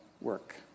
work